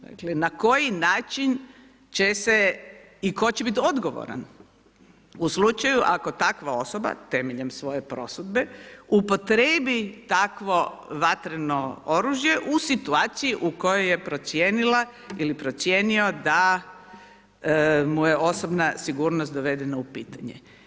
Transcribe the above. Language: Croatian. Dakle, na koji način će se i tko će biti odgovoran u slučaju ako takva osoba temeljem svoje prosudbe upotrijebi takvo vatreno oružje u situaciji u kojoj je procijenila ili procijenio da mu je osobna sigurnost dovedena u pitanje?